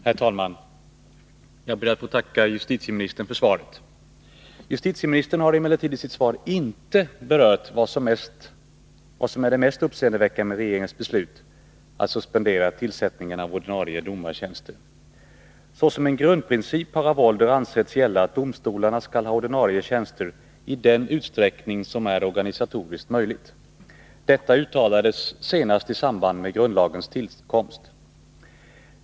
Herr talman! Jag ber att få tacka justitieministern för svaret. Justitieministern har i sitt svar inte berört vad som är det mest uppseendeväckande med regeringens beslut att suspendera tillsättningen av ordinarie domartjänster. Såsom en grundprincip har av ålder ansetts gälla att domstolarna skall ha ordinarie tjänster i den utsträckning som det är organisatoriskt möjligt. Detta uttalades senast i samband med grundlagens tillkomst.